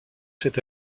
cet